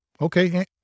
Okay